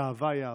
שאהבה היא אהבה.